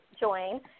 join